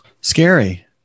scary